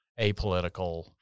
apolitical